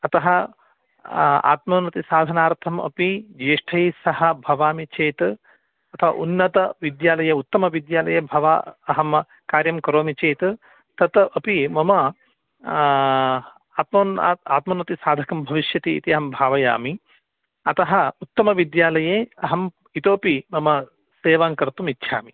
अतः आत्मोन्नतिसाधनार्थम् अपि ज्येष्ठैस्सह भवामि चेत् अथ उन्नतविद्यालये उत्तमविद्यालये भवामि अहं कार्यं करोमि चेत् तत् अपि मम अत्मोन्न आत्मोन्नतिसाधकं भविष्यति इति अहं भावयामि अतः उत्तमविद्यालये अहम् इतोपि मम सेवाङ्कर्तुमिच्छामि